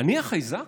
אני החייזר?